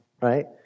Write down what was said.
right